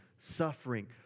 suffering